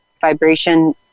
vibration